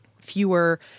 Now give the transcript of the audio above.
fewer